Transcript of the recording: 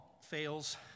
fails